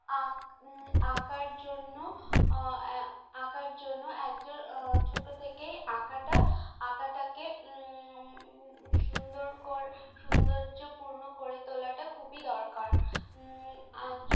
আঁক আঁকার জন্য আঁকার জন্য একজন ছোটো থেকেই আঁকাটা আঁকাটাকে সুন্দর করে সৌন্দর্যপূর্ণ করে তোলাটা খুবই দরকার আ